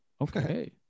Okay